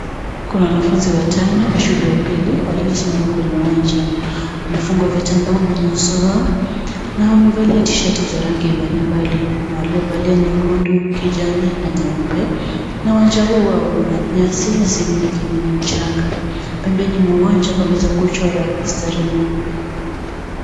Kuna wanafunzi watano wa shule ya upili waliosimama kwenye uwanja wamefungwa vitambaa kwenye uso wao na wamevalia tisheti ya rangi mbalimbali kuna waliovalia nyekundu, kijani na nyeupe na uwanja huo wao una nyasi na sehemu nyingine ni mchanga. Pembeni mwa uwanja wameweza kuchora mistari myeupe.